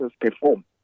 perform